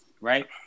right